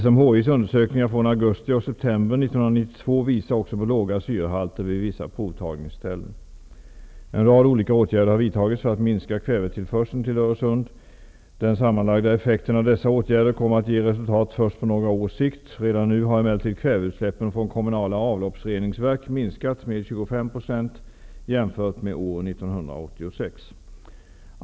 SMHI:s undersökningar från augusti och september 1992 visar också på låga syrehalter vid vissa provtagningsställen. En rad olika åtgärder har vidtagits för att minska kvävetillförseln till Öresund. Den sammanlagda effekten av dessa åtgärder kommer att ge resultat först på några års sikt. Redan nu har emellertid kväveutsläppen från kommunala avloppsreningsverk minskat med 25 % jämfört med år 1986.